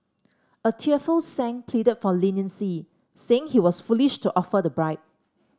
a tearful Sang pleaded for leniency saying he was foolish to offer the bribe